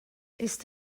ist